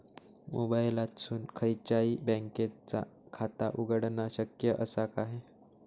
मोबाईलातसून खयच्याई बँकेचा खाता उघडणा शक्य असा काय?